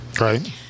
Right